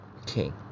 Okay